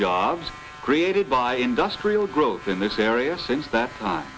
jobs created by industrial growth in this area since that